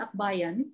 Akbayan